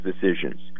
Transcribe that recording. decisions